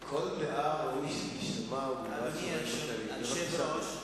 כל דעה, ראוי שתישמע, ובלבד, אדוני היושב-ראש,